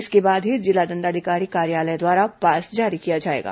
इसके बाद ही जिला दण्डाधिकारी कार्यालय द्वारा पास जारी किया जाएगा